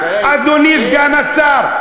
אדוני סגן השר,